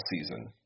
season